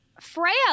Freya